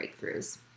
breakthroughs